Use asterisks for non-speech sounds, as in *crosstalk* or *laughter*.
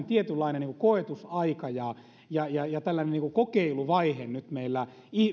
*unintelligible* tietynlainen koetusaika ja ja tällainen kokeiluvaihe nyt meillä